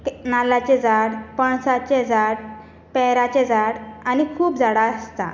ते नाल्लाचें झाड पणसाचें झाड पेराचें झाड आनी खूब झाडां आसता